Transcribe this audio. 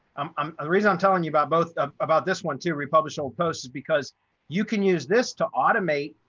um um ah the reason i'm telling you about both ah about this one to republish old posts because you can use this to automate